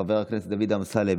חבר הכנסת עמית הלוי,